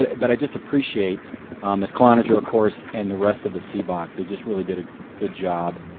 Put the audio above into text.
but i just appreciate miss cloninger of course, and the rest of the cboc. they just really did a good job.